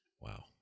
Wow